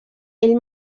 ell